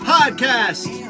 Podcast